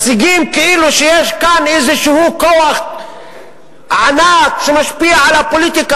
מציגים כאילו יש כאן איזה כוח ענק שמשפיע על הפוליטיקה,